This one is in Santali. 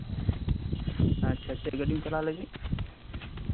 ᱟᱪᱪᱷᱟ ᱪᱮᱫ ᱜᱟᱰᱤᱢ ᱠᱚᱨᱟᱣ ᱞᱟᱹᱜᱤᱫ